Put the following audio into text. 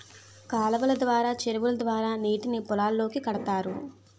కాలువలు ద్వారా చెరువుల ద్వారా నీటిని పొలాలకు కడతారు